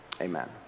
Amen